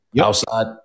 outside